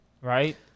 right